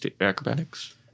Acrobatics